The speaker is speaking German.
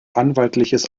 anwaltliches